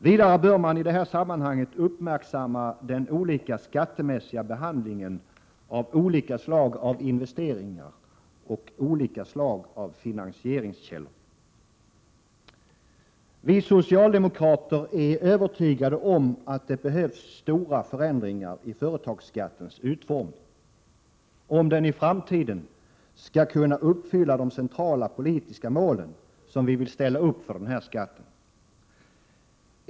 Vidare bör man i detta sammanhang uppmärksamma den olika skattemässiga behandlingen av olika slag av investeringar och olika slag av finansieringskällor. Vi socialdemokrater är övertygade om att det behövs stora förändringar i företagsbeskattningens utformning, om den i framtiden skall kunna uppfylla de centrala politiska mål som vi vill ställa upp för denna skatt.